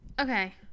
Okay